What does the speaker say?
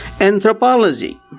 Anthropology